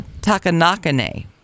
Takanakane